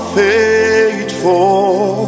faithful